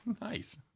nice